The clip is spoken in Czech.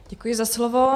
Děkuji za slovo.